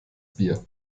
bier